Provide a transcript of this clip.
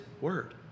word